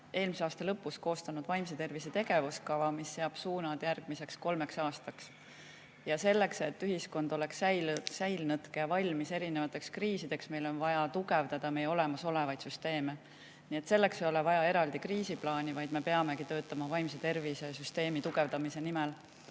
eelmise aasta lõpus koostanud vaimse tervise tegevuskava, mis seab suunad järgmiseks kolmeks aastaks. Ja selleks, et ühiskond oleks säilenõtke ja valmis erinevateks kriisideks, on meil vaja tugevdada olemasolevaid süsteeme. Selleks ei ole vaja eraldi kriisiplaani, vaid me peame töötama vaimse tervise süsteemi tugevdamise nimel. Samas